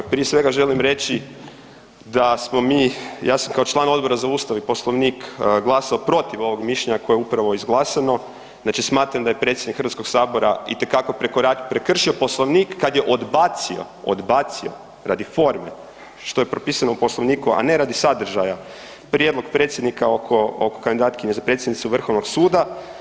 Prije svega želim reći da smo mi, ja sam kao član Odbora za Ustav, Poslovnik glasao protiv ovog mišljenja koji je upravo izglasano, znači smatram da je predsjednik HS-a itekako prekršio Poslovnik kad je odbacio, odbacio radi forme, što je propisano u Poslovniku, a ne radi sadržaja prijedlog predsjednika oko kandidatkinje za predsjednicu Vrhovnog suda.